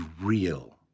real